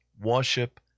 worship